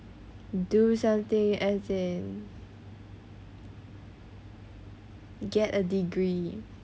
do something as in get a degree